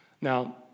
Now